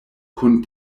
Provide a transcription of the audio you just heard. kun